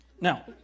Now